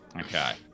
Okay